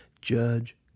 judge